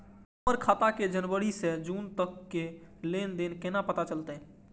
हमर खाता के जनवरी से जून तक के लेन देन केना पता चलते?